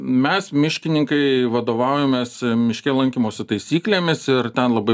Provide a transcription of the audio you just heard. mes miškininkai vadovaujamės miške lankymosi taisyklėmis ir ten labai